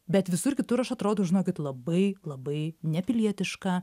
bet visur kitur aš atrodau žinokit labai labai nepilietiška